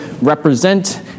represent